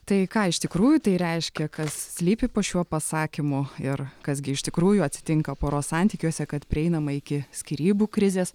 tai ką iš tikrųjų tai reiškia kas slypi po šiuo pasakymu ir kas gi iš tikrųjų atsitinka poros santykiuose kad prieinama iki skyrybų krizės